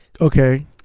Okay